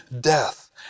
death